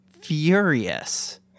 furious